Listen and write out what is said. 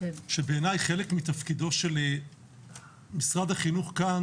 שבעיניי חלק מתפקידו של משרד החינוך כאן